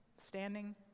standing